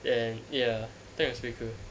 and ya that was pretty cool